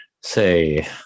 say